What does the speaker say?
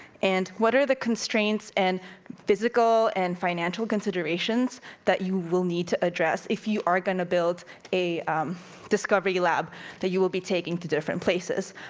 and what are the constraints, and physical and financial considerations that you will need to address if you are gonna build a discovery lab that you will be taking to different places.